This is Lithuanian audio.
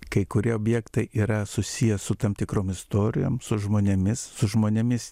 kai kurie objektai yra susiję su tam tikrom istorijom su žmonėmis su žmonėmis